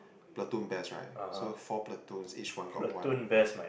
platoon best right so four platoons each one got one